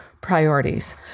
priorities